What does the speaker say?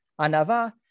Anava